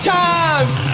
times